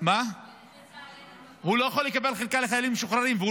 הוא לא יכול לקבל חלקה לחיילים משוחררים,